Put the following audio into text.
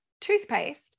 toothpaste